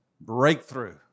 breakthrough